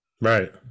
right